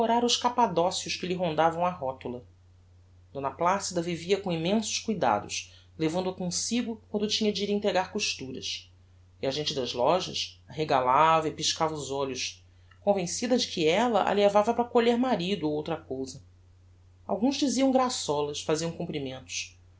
os capadocios que lhe rondavam a rotula d placida vivia com immensos cuidados levando-a comsigo quando tinha de ir entregar costuras e a gente das lojas arregalava e piscava os olhos convencida de que ella a levava para colher marido ou outra cousa alguns diziam graçolas faziam comprimentos